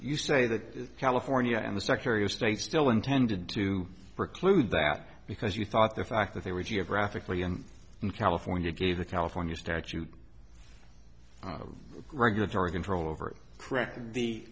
you say that california and the secretary of state still intended to preclude that because you thought the fact that they were geographically and in california gave the california statute of regulatory control over correcting the